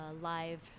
live